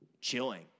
chilling